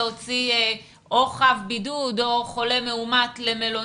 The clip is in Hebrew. להתחשב בצו השעה ולאשר דברים שקשורים באופן ממוקד להתמודדות